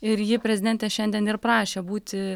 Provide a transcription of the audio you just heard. ir ji prezidentės šiandien ir prašė būti